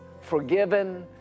forgiven